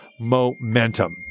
momentum